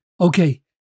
okay